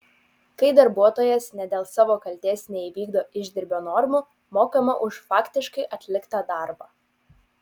kai darbuotojas ne dėl savo kaltės neįvykdo išdirbio normų mokama už faktiškai atliktą darbą